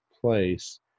place